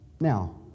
Now